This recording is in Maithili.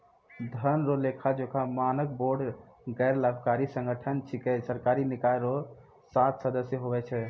धन रो लेखाजोखा मानक बोर्ड गैरलाभकारी संगठन छिकै सरकारी निकाय रो सात सदस्य हुवै छै